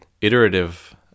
iterative